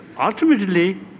ultimately